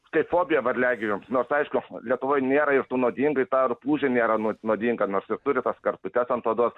kaip fobiją varliagyviams nors aišku lietuvoj nėra ir tų nuodingų ir ta rupūžė nėra nuodinga nors ir turi tas karputes ant odos